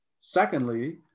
Secondly